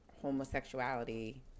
homosexuality